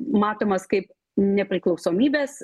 matomas kaip nepriklausomybės